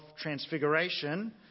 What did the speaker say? transfiguration